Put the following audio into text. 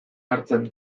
hartzen